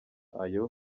ayo